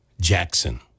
Jackson